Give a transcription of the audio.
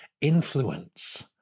influence